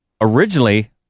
originally